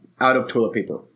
out-of-toilet-paper